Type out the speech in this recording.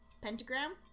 pentagram